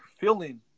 feeling